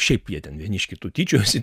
šiaip jie ten vieni iš kitų tyčiojasi